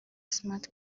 smart